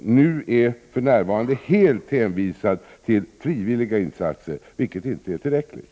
Kamratföreningen NU är för närvarande helt hänvisad till frivilliga insatser, vilket inte är tillräckligt.